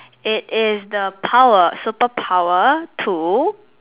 it is the power certain power to